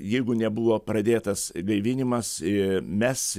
jeigu nebuvo pradėtas gaivinimas mes